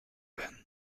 werden